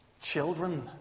children